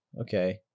okay